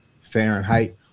Fahrenheit